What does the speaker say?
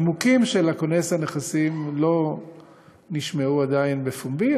הנימוקים של כונס הנכסים עדיין לא נשמעו בפומבי,